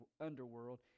underworld